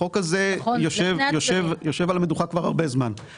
החוק הזה יושב על המדוכה כבר הרבה זמן.